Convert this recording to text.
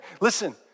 Listen